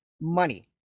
money